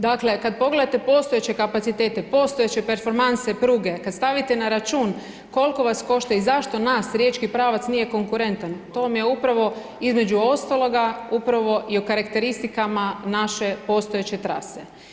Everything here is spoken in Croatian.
Dakle, kada pogledate postojeće kapacitete, postojeće performanse pruge, kada stavite na račun koliko vas košta i zašto naš riječki pravac nije konkurentan, to vam je upravo, između ostaloga, upravo i o karakteristikama, naše postojeće trase.